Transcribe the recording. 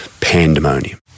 pandemonium